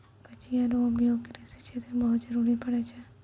कचिया रो उपयोग कृषि क्षेत्र मे बहुत जरुरी पड़ै छै